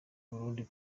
burundi